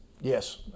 yes